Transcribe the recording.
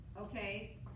okay